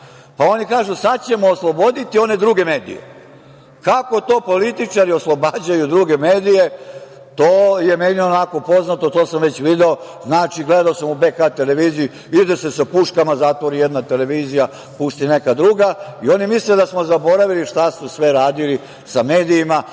pa oni kažu – sad ćemo voditi one druge medije. Kako to političari oslobađaju druge medije, to je meni onako poznato, to sam već video. Znači, gledao sam u „BK televiziji“, ide se sa puškama, zatvori jedna televizija, pusti neka druga. Oni misle da smo zaboravili šta smo sve radili sa medijima.